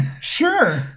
Sure